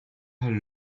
her